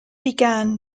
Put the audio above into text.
began